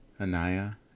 Anaya